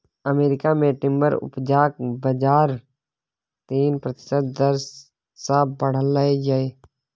America मे timber उपजाक बजार तीन प्रतिशत दर सँ बढ़लै यै